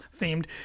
themed